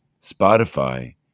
Spotify